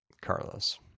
carlos